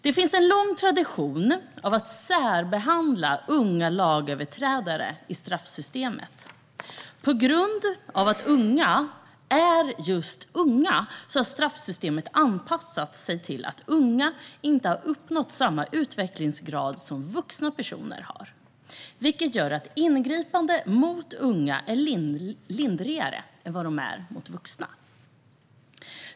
Det finns en lång tradition av att särbehandla unga lagöverträdare i straffsystemet. På grund av att unga är just unga har straffsystemet anpassats till att unga inte har uppnått samma utvecklingsgrad som vuxna personer har. Det gör att ingripanden mot unga är lindrigare än ingripanden mot vuxna.